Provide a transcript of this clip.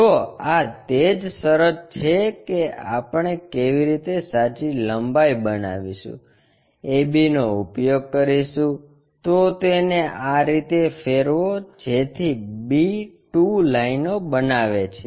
જો આ તે જ શરત છે કે આપણે કેવી રીતે સાચી લંબાઈ બનાવીશું a b નો ઉપયોગ કરીશું તો તેને આ રીતે ફેરવો જેથી b 2 લાઇનો બનાવે છે